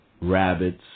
rabbits